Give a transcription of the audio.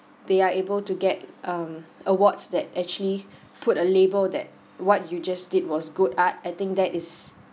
they are able to get um awards that actually put a label that what you just did was good art I think that is